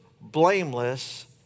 blameless